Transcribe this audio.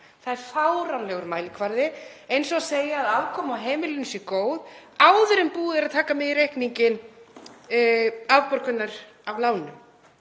Það er fáránlegur mælikvarði, eins og að segja að afkoma heimilanna sé góð áður en búið er að taka með í reikninginn afborganir af lánum.